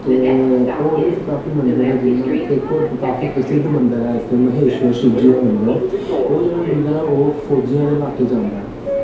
ते होर बी इत्थै काफी मन्दर ऐ जियां इत्थै इक होर काफी प्रसिध्द मन्दर ए इत्थै महेशवर शिवजी दा मन्दर ओह् जेह्ड़ा मन्दर ऐ ओह् फौजियां दे ल्हाके च आंदा ऐ